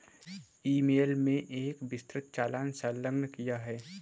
ई mail में एक विस्तृत चालान संलग्न किया है